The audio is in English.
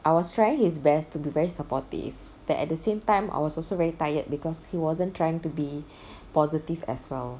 I was trying his best to be very supportive but at the same time I was also very tired because he wasn't trying to be positive as well